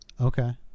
Okay